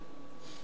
התחייבות),